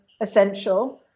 essential